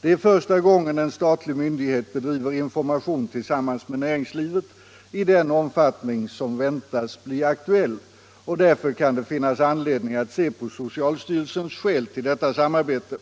Det är första gången en statlig myndighet bedriver information tillsammans med näringslivet i den omfattning som väntas bli aktuell, och därför kan det finnas anledning att se på socialstyrelsens skäl till detta samarbete.